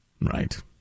Right